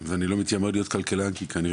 הוא סעיף של כמה עשרות מיליונים,